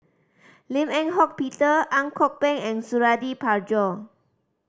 Lim Eng Hock Peter Ang Kok Peng and Suradi Parjo